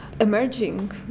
emerging